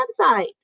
website